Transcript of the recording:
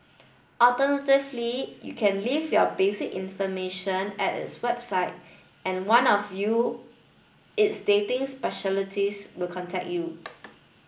alternatively you can leave your base information at its website and one of you its dating specialities will contact you